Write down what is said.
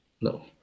No